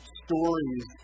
stories